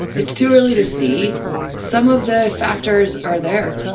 it's. too early to see some of the factors are there.